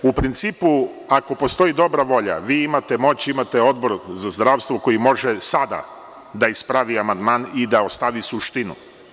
U principu, ako postoji dobra volja, vi imate moć, imate Odbor za zdravstvo koji može sada da ispravi amandman i da ostavi suštinu.